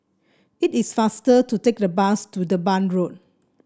it is faster to take the bus to Durban Road